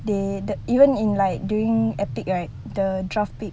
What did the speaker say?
they that even in like during attic right the draft pick